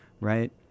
right